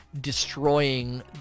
destroying